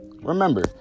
remember